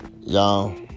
Y'all